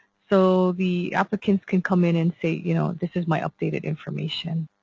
so the applicants can come in and say you know this is my updated information.